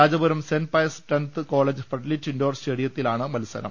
Rajapuram Saint Pius Tenth College floodlit indoor സ്റ്റേഡിയത്തിലാണ് മത്സരം